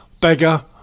Beggar